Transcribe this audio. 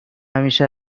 همیشه